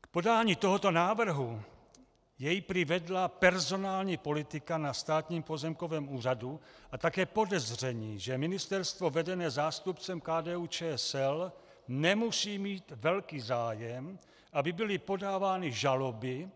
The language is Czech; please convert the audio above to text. K podání tohoto návrhu jej prý vedla personální politika na Státním pozemkovém úřadu a také podezření, že ministerstvo vedené zástupcem KDUČSL nemusí mít velký zájem, aby byly podávány žaloby,